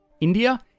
India